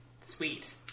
sweet